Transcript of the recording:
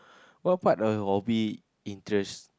what what are hobby interests